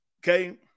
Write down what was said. Okay